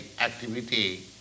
activity